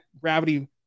gravity